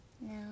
No